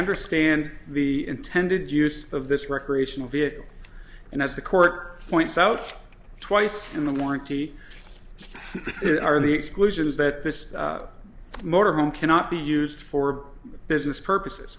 understand the intended use of this recreational vehicle and as the court points out twice in the warranty are in the exclusions that this motor home cannot be used for business purposes